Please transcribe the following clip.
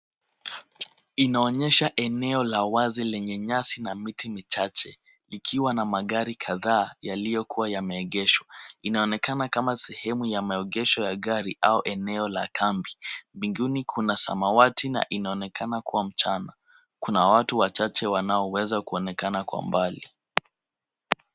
Inaonyesha eneo la wazi lenye nyasi na miti michache ikiwa na magari kadhaa yaliyokuwa yamegeshwa. Inaonekana kama sehemu ya maegesho ya gari au eneo la kambi. Binguni kuna samawati na inaonekana kua mchana. Kuna watu wachache wanaoweza kuonekana kwa mbali.